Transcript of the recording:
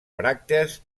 bràctees